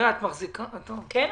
אם